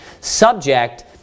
subject